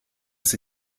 ist